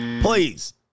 Please